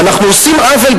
ואנחנו עושים עוול,